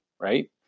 right